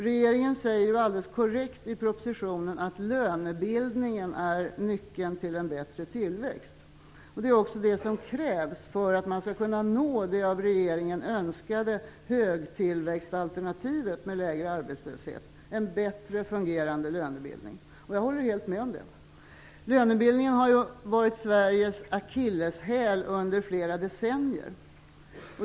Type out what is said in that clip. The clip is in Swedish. Regeringen säger alldeles korrekt i propositionen att lönebildningen är nyckeln till en bättre tillväxt. Det är också det som krävs för att man skall kunna nå det av regeringen önskade högtillväxtalternativet med lägre arbetslöshet och en bättre fungerande lönebildning. Jag håller helt med om detta. Lönebildningen har ju varit Sveriges akilleshäl under flera decennier.